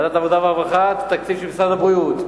ועדת העבודה והרווחה את התקציב של משרד הבריאות,